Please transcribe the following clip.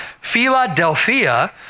Philadelphia